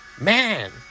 man